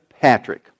Patrick